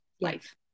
life